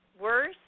worse